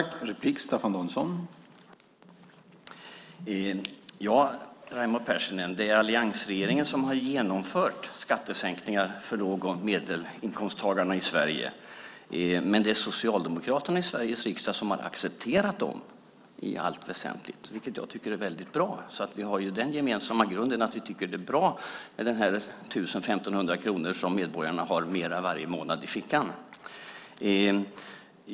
Herr talman! Ja, Raimo Pärssinen, det är alliansregeringen som har genomfört skattesänkningar för låg och medelinkomsttagarna i Sverige, och Socialdemokraterna i Sveriges riksdag har i allt väsentligt accepterat de skattesänkningarna. Det tycker jag är väldigt bra. En gemensam grund är alltså att vi tycker att det är bra med de 1 000 eller 1 500 kronor mer i fickan som medborgarna nu har varje månad.